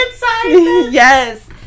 Yes